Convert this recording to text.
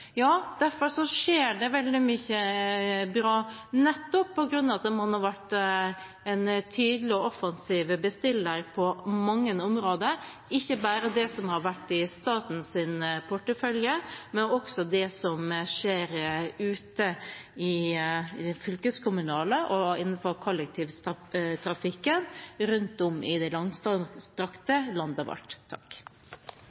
skjer veldig mye bra nettopp på grunn av at man har vært en tydelig og offensiv bestiller på mange områder – ikke bare det som har vært i statens portefølje, men også det som skjer ute i fylkeskommunene og i kollektivtrafikken rundt om i det